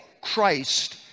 Christ